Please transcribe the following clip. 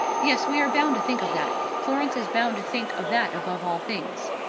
yes we are bound to think of that. florence is bound to think of that above all things.